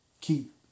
keep